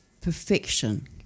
perfection